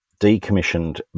decommissioned